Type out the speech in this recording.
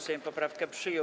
Sejm poprawkę przyjął.